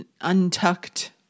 Untucked